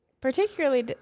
Particularly